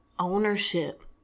Ownership